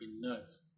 nuts